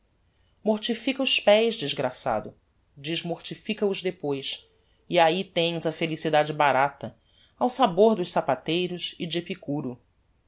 mortifica os pés desgraçado desmortifica os depois e ahi tens a felicidade barata ao sabor dos sapateiros e